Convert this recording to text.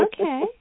okay